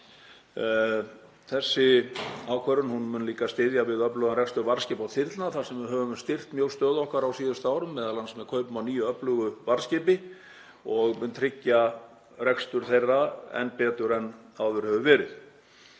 Þessi ákvörðun mun líka styðja við öflugan rekstur varðskipa og þyrlna þar sem við höfum styrkt mjög stöðu okkar á síðustu árum, m.a. með kaupum á nýju öflugu varðskipi, og mun tryggja rekstur þeirra enn betur en áður hefur verið.